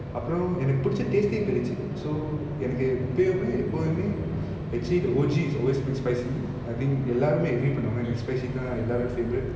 எனக்கு புடிச்ச:enaku pudicha taste eh போயிருச்சி:poyiruchi so எனக்கு இப்பயுமே எப்பயுமே:enakku ippayume eppayume actually the O_G is always mcspicy I think எல்லாருமே:ellarume agree பண்ணுவாங்க:pannuvanga mcspicy தான் எல்லார்ரையும்:than ellarrayum favourite